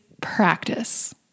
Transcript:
practice